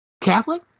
Catholic